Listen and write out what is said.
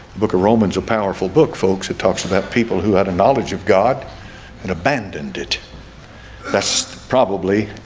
book of romans a powerful book folks. it talks about people who had a knowledge of god and abandoned it that's probably